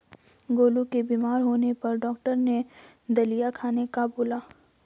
गोलू के बीमार होने पर डॉक्टर ने दलिया खाने का बोला